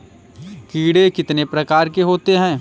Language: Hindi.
कीड़े कितने प्रकार के होते हैं?